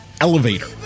elevator